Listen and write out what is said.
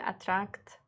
attract